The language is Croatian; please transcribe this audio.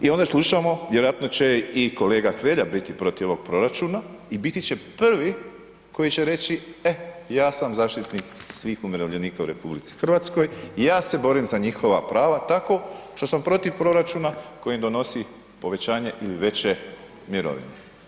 I onda slušamo, vjerojatno će i kolega Hrelja biti protiv ovog proračuna i biti će prvi koji će reći e ja sam zaštitnik svih umirovljenika u RH, ja se borim za njihova prava tako što sam protiv proračuna koji im donosi povećanje ili veće mirovine.